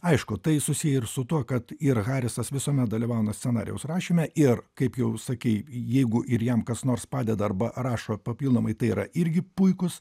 aišku tai susiję ir su tuo kad ir harisas visuomet dalyvauja scenarijaus rašyme ir kaip jau sakei jeigu ir jam kas nors padeda arba rašo papildomai tai yra irgi puikūs